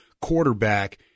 quarterback